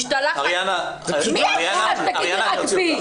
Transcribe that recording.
אריאנה, את רוצה שאני אוציא אותך?